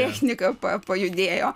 technika pa pajudėjo